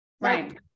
right